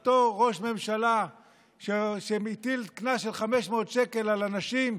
אותו ראש ממשלה שמטיל קנס של 500 שקל על אנשים?